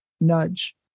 nudge